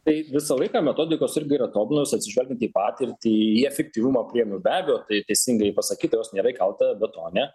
taip visą laiką metodikos irgi yra tobulinamos atsižvelgiant į patirtį į efektyvumą priemonių be abejo tai teisingai pasakyta jos nėra įkalta betone